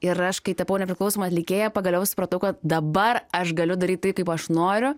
ir aš kai tapau nepriklausoma atlikėja pagaliau supratau kad dabar aš galiu daryt taip kaip aš noriu